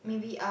mmhmm